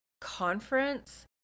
conference